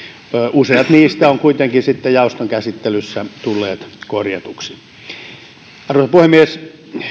useat niistä ovat kuitenkin sitten jaoston käsittelyssä tulleet korjatuiksi arvoisa puhemies